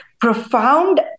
profound